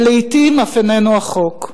ולעתים אף איננו החוק.